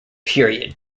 period